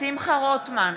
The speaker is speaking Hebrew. שמחה רוטמן,